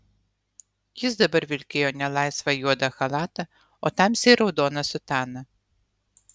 jis dabar vilkėjo ne laisvą juodą chalatą o tamsiai raudoną sutaną